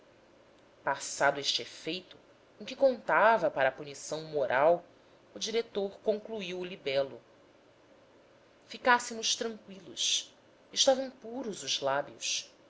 passado este efeito com que contava para a punição moral o diretor concluiu o libelo ficássemos tranqüilos estavam puros os lábios